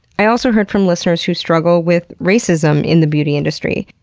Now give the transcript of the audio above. i also heard from listeners who struggle with racism in the beauty industry.